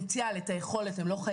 שלו.